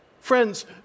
Friends